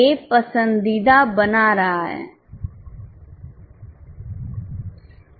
ए पसंदीदा बना रहा है